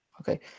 Okay